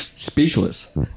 Speechless